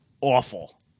awful